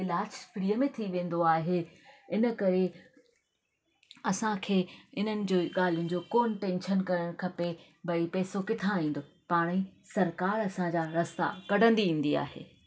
इलाजु फ्री में थी वेंदो आहे इन करे असां खे इन्हनि जो ॻाल्हियुनि जो कोन टैशनि करणु खपे भई पैसो किथां ईंदो पाण ई सरकार असां जा रस्ता कढंदी ईंदी आहे